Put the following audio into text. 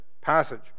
passage